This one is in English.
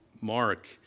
Mark